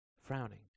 frowning